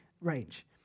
range